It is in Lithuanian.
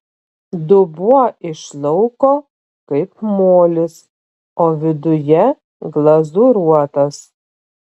dubuo iš lauko kaip molis o viduje glazūruotas